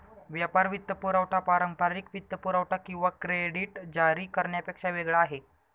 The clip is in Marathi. व्यापार वित्तपुरवठा पारंपारिक वित्तपुरवठा किंवा क्रेडिट जारी करण्यापेक्षा वेगळा आहे